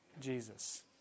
Jesus